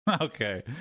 Okay